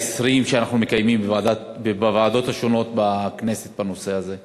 העשרים שאנחנו מקיימים בוועדות השונות בכנסת בנושא הזה.